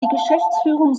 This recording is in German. geschäftsführung